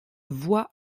voie